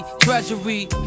treasury